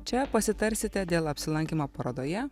čia pasitarsite dėl apsilankymo parodoje